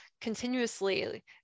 continuously